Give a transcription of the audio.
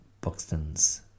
Buxton's